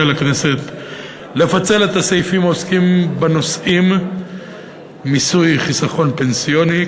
לכנסת לפצל את הסעיפים העוסקים בנושאים מיסוי חיסכון פנסיוני,